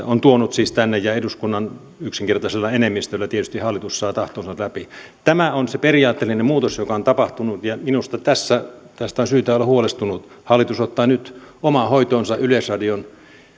on tuonut siis sen tänne ja eduskunnan yksinkertaisella enemmistöllä tietysti hallitus saa tahtonsa läpi tämä on se periaatteellinen muutos joka on tapahtunut ja minusta tästä on syytä olla huolestunut hallitus ottaa nyt omaan hoitoonsa yleisradion